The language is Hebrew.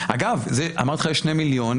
אגב, אמרתי לך, יש שני מיליון,